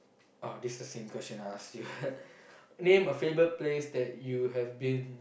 ah this the same question I asked you name a favourite place that you have been